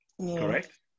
Correct